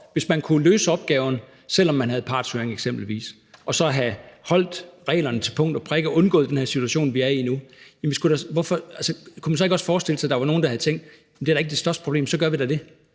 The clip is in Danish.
hvis man kunne have løst opgaven, selv om man eksempelvis havde haft partshøring, og kunne have overholdt reglerne til punkt og prikke og undgået den situation, vi er i nu, så ikke også kunne forestille sig, at der var nogle, der havde tænkt: Det er da ikke det største problem – så gør vi da det.